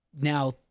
now